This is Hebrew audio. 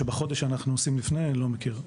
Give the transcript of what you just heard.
שבחודש שאנחנו עושים לפני אני לא מכיר.